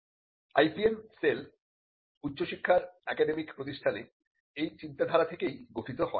refer slide time 0201 IPM cell উচ্চশিক্ষার academic প্রতিষ্ঠানে এই চিন্তা ধারা থেকেই গঠিত হয়